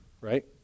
right